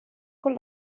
con